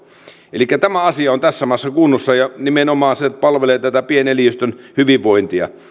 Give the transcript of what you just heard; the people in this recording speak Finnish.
elikkä tämä asia on tässä maassa kunnossa nimenomaan se palvelee tätä pieneliöstön hyvinvointia